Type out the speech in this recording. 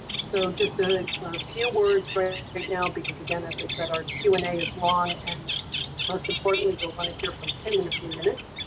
so just a few words right right now because, again, as i said, our q and a is long, and most importantly we'll want to hear from tim in a few minutes.